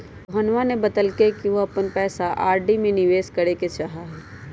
रोहनवा ने बतल कई कि वह अपन पैसा आर.डी में निवेश करे ला चाहाह हई